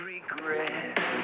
Regret